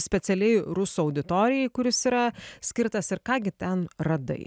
specialiai rusų auditorijai kuris yra skirtas ir ką gi ten radai